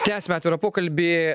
tęsiame atvirą pokalbį